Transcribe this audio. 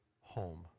home